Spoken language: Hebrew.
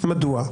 מדוע?